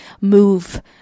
move